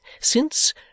since